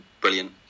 brilliant